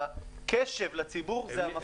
והקשב לציבור זה המפתח.